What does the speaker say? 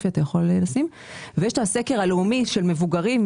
יש את הסקר הלאומי של מבוגרים,